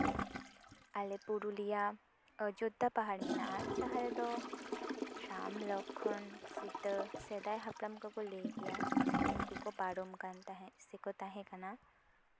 ᱟᱞᱮ ᱯᱩᱨᱩᱞᱤᱭᱟᱹ ᱚᱡᱳᱫᱽᱫᱷᱟ ᱯᱟᱦᱟᱲ ᱢᱮᱱᱟᱜᱼᱟ ᱡᱟᱦᱟᱸ ᱨᱮᱫᱚ ᱨᱟᱢ ᱞᱚᱠᱠᱷᱚᱱ ᱥᱤᱛᱟᱹ ᱥᱮᱫᱟᱭ ᱦᱟᱯᱲᱟᱢ ᱠᱚᱠᱚ ᱞᱟᱹᱭ ᱜᱮᱭᱟ ᱩᱱᱠᱩ ᱠᱚ ᱯᱟᱨᱚᱢ ᱠᱟᱱ ᱛᱟᱦᱮᱜ ᱥᱮ ᱠᱚ ᱛᱟᱦᱮᱸ ᱠᱟᱱᱟ